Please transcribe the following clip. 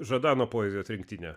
žadano poezijos rinktinę